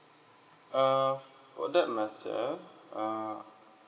uh for that matter err